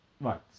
Right